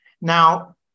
Now